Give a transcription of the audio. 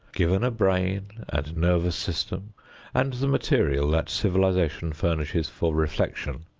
given a brain and nervous system and the material that civilization furnishes for reflection,